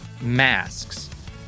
masks